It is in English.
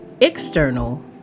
external